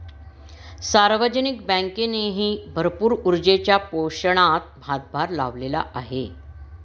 सार्वजनिक बँकेनेही भरपूर ऊर्जेच्या पोषणात हातभार लावलेला आहे